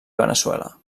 veneçuela